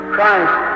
Christ